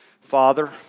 father